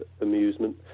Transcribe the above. amusement